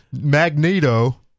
Magneto